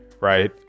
Right